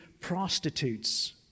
prostitutes